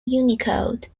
unicode